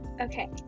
Okay